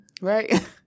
Right